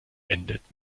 endet